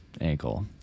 ankle